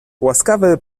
łaskawy